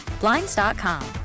Blinds.com